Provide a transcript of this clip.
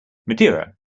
madeira